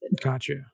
Gotcha